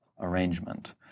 arrangement